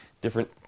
Different